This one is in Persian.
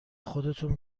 خودتون